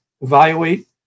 evaluate